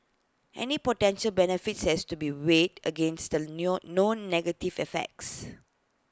any potential benefits has to be weighed against the known negative effects